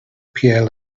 pierre